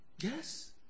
Yes